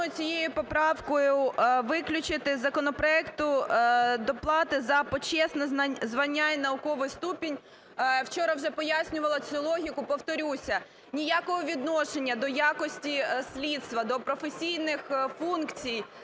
цією поправкою виключити із законопроекту доплати за почесне звання і науковий ступінь. Вчора вже пояснювала цю логіку, повторюся. Ніякого відношення до якості слідства, до професійних функцій